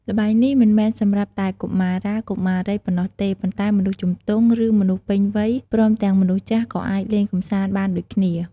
ល្បែងនេះមិនមែនសម្រាប់តែកុមារា កុមារីប៉ុណ្ណោះទេ ប៉ុន្តែមនុស្សជំទង់ ឬ មនុស្សពេញវ័យ ព្រមទាំងមនុស្សចាស់ក៏អាចលេងកំសាន្តបានដូចគ្នា។